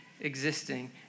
existing